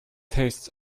tastes